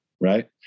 right